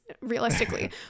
realistically